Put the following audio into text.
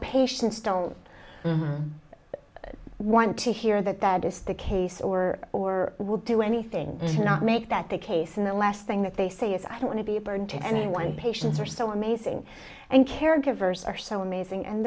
patients don't want to hear that that is the case or or will do anything or not make that the case in the last thing that they say is i don't want to be a burden to anyone patients are so amazing and caregivers are so amazing and